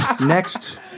Next